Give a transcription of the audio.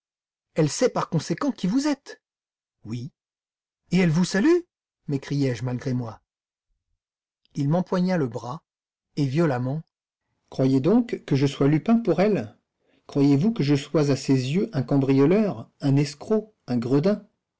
elle sait par conséquent qui vous êtes oui et elle vous salue m'écriai-je malgré moi il m'empoigna le bras et violemment croyez-vous donc que je sois lupin pour elle croyez-vous que je sois à ses yeux un cambrioleur un escroc un gredin